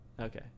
Okay